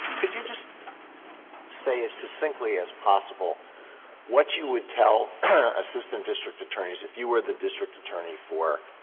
could you just say as succinctly as possible what you would tell assistant district attorneys if you were the district attorney for